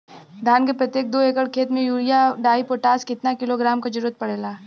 धान के प्रत्येक दो एकड़ खेत मे यूरिया डाईपोटाष कितना किलोग्राम क जरूरत पड़ेला?